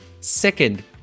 Second